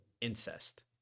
incest